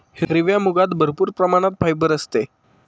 हिरव्या मुगात भरपूर प्रमाणात फायबर असते